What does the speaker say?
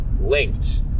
linked